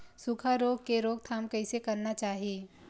सुखा रोग के रोकथाम कइसे करना चाही?